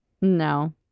No